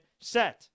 set